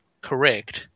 correct